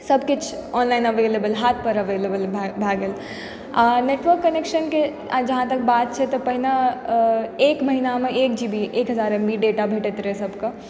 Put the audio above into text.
सबकिछु online available हाथपर available भए भए गेल नेटवर्क कनेक्शनके आइ जहाँ तक बात छै तऽ पहिने एक महीनामे एक जी बी एक हजार एम बी डेटा भेटैत रहय सबके